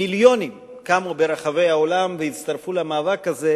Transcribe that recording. מיליונים קמו ברחבי העולם והצטרפו למאבק הזה